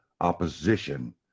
opposition